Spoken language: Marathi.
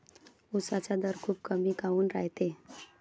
उसाचा दर खूप कमी काऊन रायते?